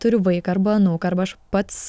turiu vaiką arba anūką arba aš pats